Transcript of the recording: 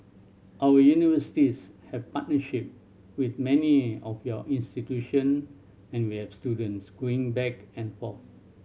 our universities have partnership with many of your institution and we have students going back and forth